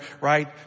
Right